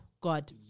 God